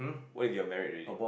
what if you're married already